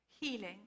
healing